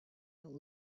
about